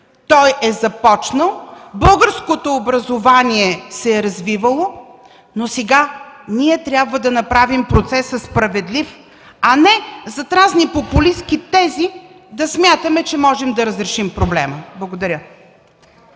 Той е започнал. Българското образование се е развивало, но сега трябва да направим и процеса справедлив, а не зад разни популистки тези да смятаме, че можем да разрешим проблема. Благодаря.